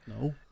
No